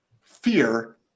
fear